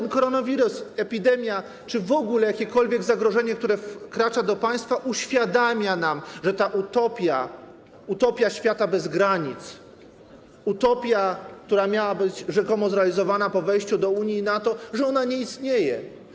Bo koronawirus, epidemia, czy w ogóle jakiekolwiek zagrożenie, które wkracza do państwa, uświadamia nam, że ta utopia, utopia świata bez granic, utopia, która miała być rzekomo zrealizowana po wejściu do Unii i NATO, nie istnieje.